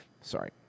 Sorry